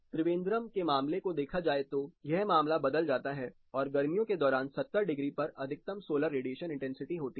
त्रिवेंद्रम के मामले को देखा जाए तो यह मामला बदल जाता है और गर्मियों के दौरान 70 डिग्री पर अधिकतम सोलर रेडिएशन इंटेंसिटी होती है